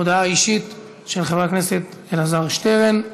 הודעה אישית של חבר הכנסת אלעזר שטרן,